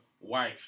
wife